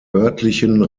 örtlichen